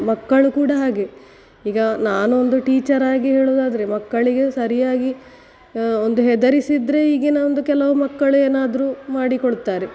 ಮಕ್ಕಳು ಕೂಡ ಹಾಗೆ ಈಗ ನಾನು ಒಂದು ಟೀಚರ್ ಆಗಿ ಹೇಳುದಾದರೆ ಮಕ್ಕಳಿಗೆ ಸರಿಯಾಗಿ ಒಂದು ಹೆದರಿಸಿದರೆ ಈಗಿನ ಒಂದು ಕೆಲವು ಮಕ್ಕಳು ಏನಾದರೂ ಮಾಡಿಕೊಳ್ತಾರೆ